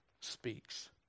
speaks